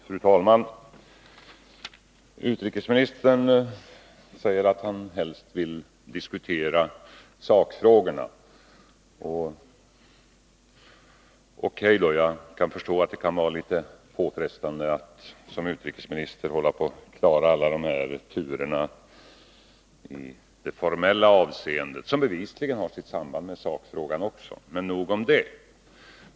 Fru talman! Utrikesministern säger att han helst vill diskutera sakfrågorna. O.K. då — jag förstår att det kan vara litet påfrestande att som utrikesminister hålla på och förklara alla dessa turer i det formella avseendet, vilka bevisligen har sitt samband med sakfrågan. Men nog om detta!